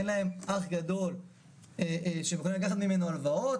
אין להם אח גדול שהם יכולים לקחת ממנו הלוואות,